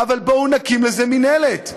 אבל בואו נקים איזו מינהלת,